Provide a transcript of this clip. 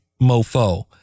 mofo